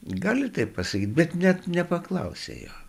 gali taip pasakyt bet net nepaklausė jo